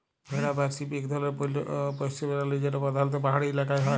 ভেড়া বা শিপ ইক ধরলের পশ্য পেরালি যেট পরধালত পাহাড়ি ইলাকায় হ্যয়